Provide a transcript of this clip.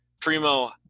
primo